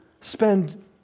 spend